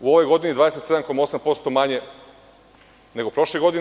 U ovoj godini 27,8% manje nego prošle godine.